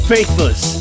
Faithless